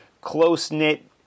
close-knit